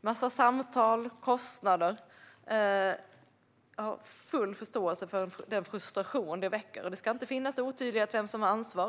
massa samtal och kostnader. Jag har full förståelse för den frustration det väcker. Det ska inte finnas otydlighet om vem som har ansvar.